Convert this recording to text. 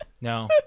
No